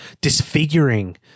disfiguring